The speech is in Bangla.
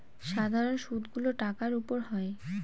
সাধারন সুদ গুলো টাকার উপর হয়